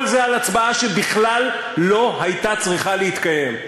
כל זה על הצבעה שבכלל לא הייתה צריכה להתקיים.